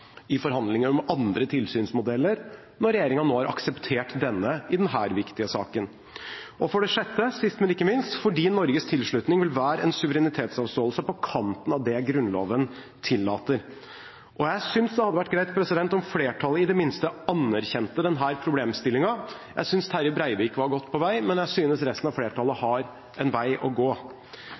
i forhandlinger om andre tilsynsmodeller når regjeringen nå har akseptert denne i denne viktige saken – og for det sjette, sist men ikke minst, fordi Norges tilslutning vil være en suverenitetsavståelse på kanten av det Grunnloven tillater. Jeg synes det hadde vært greit om flertallet i det minste anerkjente denne problemstillingen. Jeg synes Terje Breivik var godt på vei, men jeg synes resten av flertallet har en vei å gå.